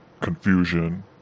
confusion